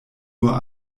nur